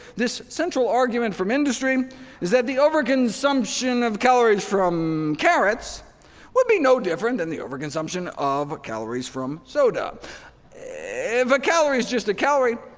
this central argument from industry is that the overconsumption of calories from carrots would be no different than the overconsumption of calories from soda if a calorie is just a calorie,